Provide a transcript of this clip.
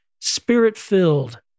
spirit-filled